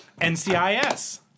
NCIS